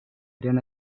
gran